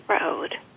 road